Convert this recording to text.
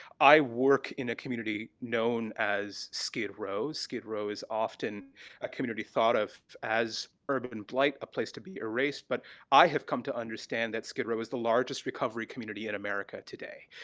i work in a community known as skid row. skid row is often a community thought of as urban blight, a place to be erased, but i have come to understand that skid row is the largest recovery community in america today,